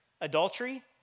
adultery